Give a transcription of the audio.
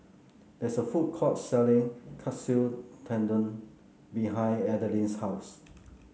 there is a food court selling Katsu Tendon behind Adeline's house